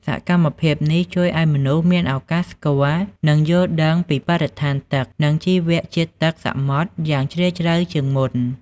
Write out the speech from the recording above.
សកម្មភាពនេះជួយឲ្យមនុស្សមានឱកាសស្គាល់ និងយល់ដឹងពីបរិស្ថានទឹក និងជីវៈជាតិទឹកសមុទ្រយ៉ាងជ្រាលជ្រៅជាងមុន។